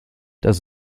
das